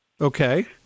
Okay